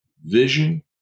vision